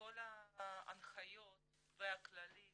מכל ההנחיות והכללים